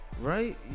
Right